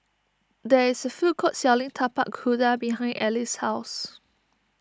there is a food court selling Tapak Kuda behind Alys' house